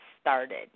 started